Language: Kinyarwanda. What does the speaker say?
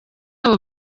abo